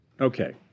Okay